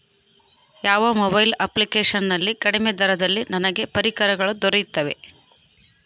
ಯಾವ mobile application ನಲ್ಲಿ ಕಡಿಮೆ ದರದಲ್ಲಿ ನನಗೆ ಪರಿಕರಗಳು ದೊರೆಯುತ್ತವೆ?